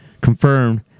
confirmed